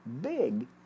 big